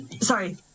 sorry